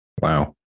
wow